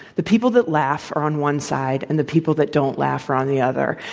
the people that laugh are on one side, and the people that don't laugh are on the other,